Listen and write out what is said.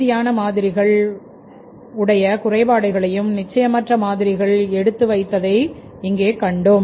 உறுதியான மாதிரிகள் உடைய சில குறைபாடுகளையும் நிச்சயமற்ற மாதிரிகள் எடுத்து வைத்ததை கண்டோம்